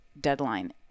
deadline